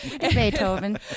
Beethoven